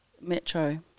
Metro